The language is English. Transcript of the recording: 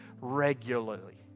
regularly